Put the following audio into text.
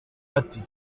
ati